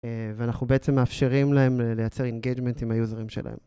ואנחנו בעצם מאפשרים להם לייצר אינגייג'מנט עם היוזרים שלהם.